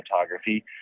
photography